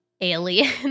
alien